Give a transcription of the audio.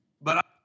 But-